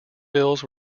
bills